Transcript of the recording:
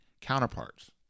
counterparts